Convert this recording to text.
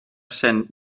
cent